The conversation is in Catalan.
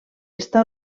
està